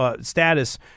status